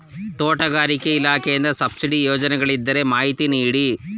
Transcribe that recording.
ತೋಟಗಾರಿಕೆ ಇಲಾಖೆಯಿಂದ ಸಬ್ಸಿಡಿ ಯೋಜನೆಗಳಿದ್ದರೆ ಮಾಹಿತಿ ನೀಡಿ?